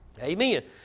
Amen